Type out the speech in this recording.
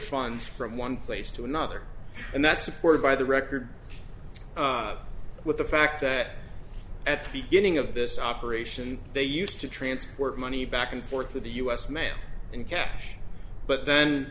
funds from one place to another and that's supported by the record with the fact that at the beginning of this operation they used to transport money back and forth through the u s mail in cash but then